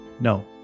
No